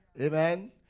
Amen